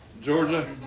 Georgia